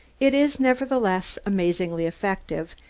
it is, nevertheless, amazingly effective,